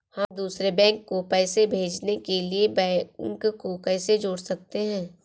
हम दूसरे बैंक को पैसे भेजने के लिए बैंक को कैसे जोड़ सकते हैं?